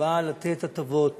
נועדה לתת הטבות